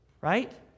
right